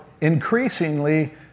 increasingly